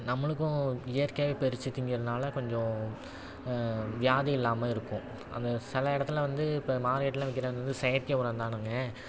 நம்மளுக்கும் இயற்கையாகவே பரிச்சு திங்கிறனால கொஞ்சம் வியாதி இல்லாமல் இருக்கும் அது சில இடத்துல வந்து இப்போ மார்க்கெட்டில் விற்கிற வந்து அது செயற்கை உரம்தானங்க